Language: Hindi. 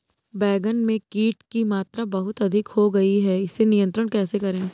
बैगन में कीट की मात्रा बहुत अधिक हो गई है इसे नियंत्रण कैसे करें?